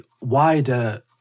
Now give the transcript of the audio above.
wider